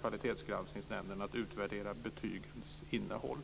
kvalitetsgranskningsnämndens uppdrag att utvärdera betygens innehåll.